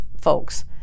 folks